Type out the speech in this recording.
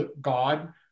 God